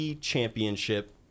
Championship